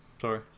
Sorry